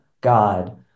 God